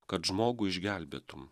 kad žmogų išgelbėtum